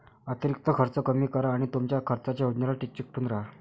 अतिरिक्त खर्च कमी करा आणि तुमच्या खर्चाच्या योजनेला चिकटून राहा